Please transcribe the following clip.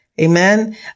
Amen